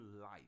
life